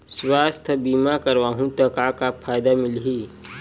सुवास्थ बीमा करवाहू त का फ़ायदा मिलही?